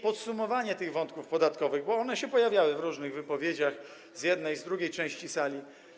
Podsumuję te wątki podatkowe, bo one się pojawiały w różnych wypowiedziach, z jednej, z drugiej części sali.